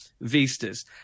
vistas